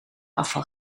afval